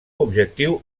objectiu